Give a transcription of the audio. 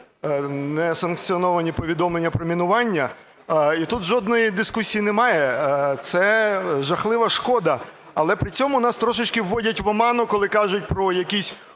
несанкціоновані повідомлення про мінування. І тут жодної дискусії немає, це жахлива шкода. Але при цьому нас трошечки вводять в оману, коли кажуть про якісь